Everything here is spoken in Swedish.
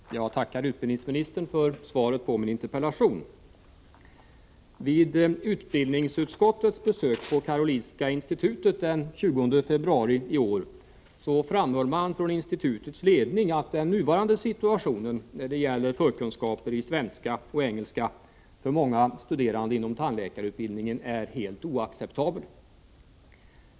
Herr talman! Jag tackar utbildningsministern för svaret på min interpellation. Vid utbildningsutskottets besök på Karolinska institutet den 20 februari i år framhölls från institutets ledning att den nuvarande situationen när det gäller förkunskaper i svenska och engelska för många studerande inom tandläkarutbildningen är helt oacceptabel.